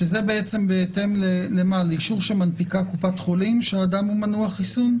שזה בעצם בהתאם לאישור שמנפיקה קופת חולים שאדם הוא מנוע חיסון?